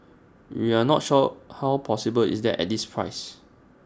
we're not sure how possible is that at this price